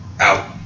out